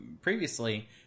previously